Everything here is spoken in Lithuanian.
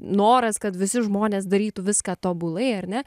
noras kad visi žmonės darytų viską tobulai ar ne